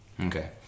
Okay